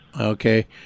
Okay